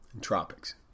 Tropics